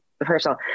personal